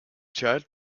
child